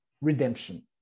redemption